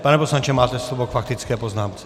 Pane poslanče, máte slovo k faktické poznámce.